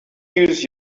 use